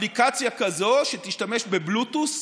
אפליקציה כזאת, שתשתמש בבלוטות',